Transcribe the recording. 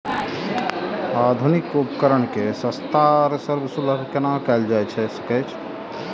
आधुनिक उपकण के सस्ता आर सर्वसुलभ केना कैयल जाए सकेछ?